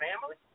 family